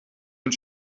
mit